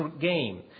game